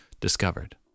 discovered